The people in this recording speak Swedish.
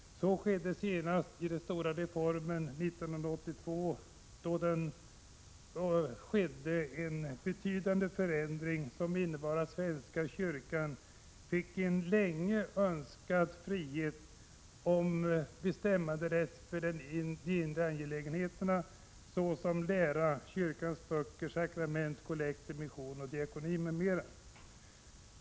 Så skedde senast vid den stora reformen 1982, då det gjordes en betydande förändring, som innebar att svenska kyrkan fick en länge önskad frihet och bestämmanderätt över sina inre angelägenheter, såsom lära, kyrkans böcker, sakrament, kollekter, mission och diakoni.